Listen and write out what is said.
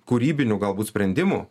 kūrybinių galbūt sprendimų